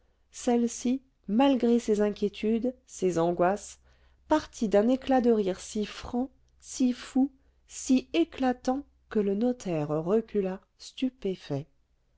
celle-ci malgré ses inquiétudes ses angoisses partit d'un éclat de rire si franc si fou si éclatant que le notaire recula stupéfait